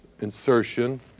insertion